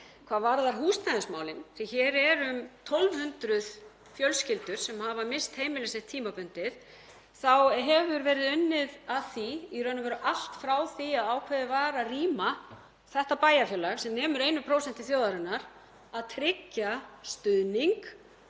Hvað varðar húsnæðismálin, því að hér eru um 1.200 fjölskyldur sem hafa misst heimili sitt tímabundið, þá hefur verið unnið að því, í raun og veru allt frá því að ákveðið var að rýma þetta bæjarfélag sem nemur 1% þjóðarinnar, að tryggja stuðning